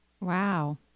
Wow